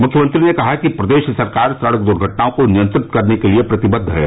मुख्यमंत्री ने कहा कि प्रदेश सरकार सड़क दुर्घटनाओं को नियंत्रित करने के लिए प्रतिबद्ध है